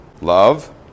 love